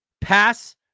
pass